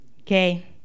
Okay